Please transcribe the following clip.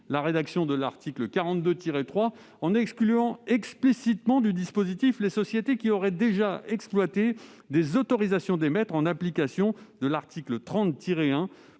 la rédaction de l'article 42-3 de la loi de 1986, en excluant explicitement du dispositif les sociétés qui auraient déjà exploité des autorisations d'émettre, en application de l'article 30-1